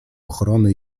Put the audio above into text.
ochrony